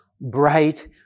bright